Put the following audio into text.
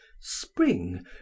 Spring